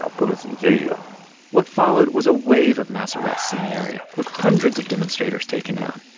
ah put us in jail what followed was a wave of mass arrests in the area, with hundreds of demonstrators taken in.